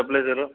stabilizer